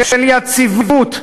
של יציבות,